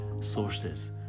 sources